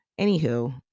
anywho